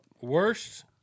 worst